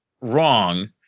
wrong